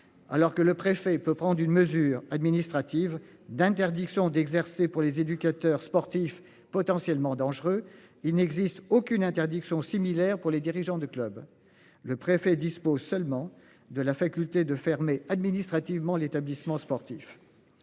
Alors que le préfet il peut prendre une mesure administrative d'interdiction d'exercer pour les éducateurs sportifs potentiellement dangereux. Il n'existe aucune interdiction similaire pour les dirigeants du club. Le préfet dispose seulement de la faculté de fermer administrativement l'établissement sportif.